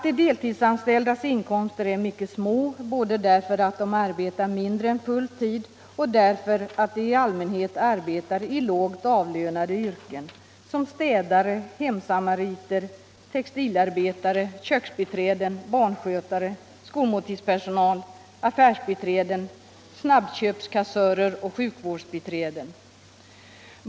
De deltidsanställdas inkomster är mycket små, både därför att de arbetar mindre än full tid och därför att de i allmänhet arbetar i lågt avlönade yrken såsom städare, hemsamariter, textilarbetare, köksbiträden, barnskötare, skolmåltidspersonal, affärsbiträden, snabbköpskassörer och sjukvårdsbiträden.